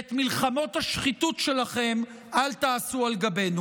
ואת מלחמות השחיתות שלכם אל תעשו על גבנו.